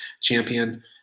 champion